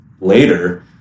later